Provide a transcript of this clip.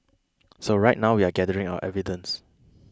so right now we're gathering our evidence